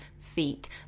feet